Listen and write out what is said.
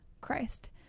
Christ